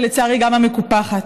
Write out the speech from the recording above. ולצערי גם המקופחת,